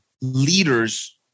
leaders